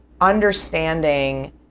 understanding